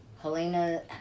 Helena